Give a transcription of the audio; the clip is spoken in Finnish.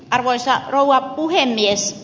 arvoisa rouva puhemies